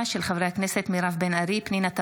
בהצעתם של חברי הכנסת מירב בן ארי, פנינה תמנו,